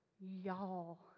Y'all